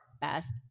Best